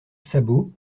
sabot